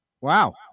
Wow